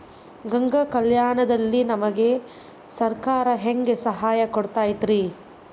ಗಂಗಾ ಕಲ್ಯಾಣ ದಲ್ಲಿ ನಮಗೆ ಸರಕಾರ ಹೆಂಗ್ ಸಹಾಯ ಕೊಡುತೈತ್ರಿ?